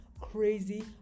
crazy